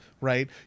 right